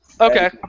Okay